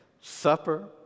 supper